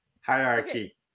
Hierarchy